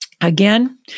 Again